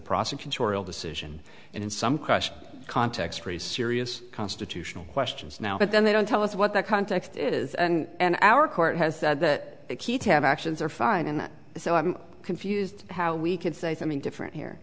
prosecutorial decision and in some question context raise serious constitutional questions now but then they don't tell us what that context is and our court has said that the key to have actions are fine and so i'm confused how we could say something different here